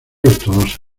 ortodoxa